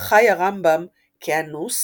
חי הרמב"ם כאנוס